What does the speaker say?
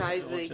מתי זה יקרה?